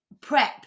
prep